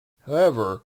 however